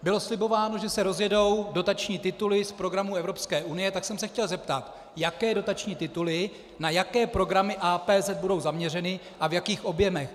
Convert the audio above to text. Bylo slibováno, že se rozjedou dotační tituly z programu Evropské unie, tak jsem se chtěl zeptat, jaké dotační tituly na jaké programy APZ budou zaměřeny a v jakých objemech.